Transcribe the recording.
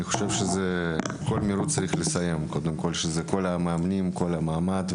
אני חושב שצריך להסדיר באופן מסודר את מעמד המאמנים,